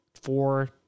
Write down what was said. four